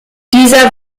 dieser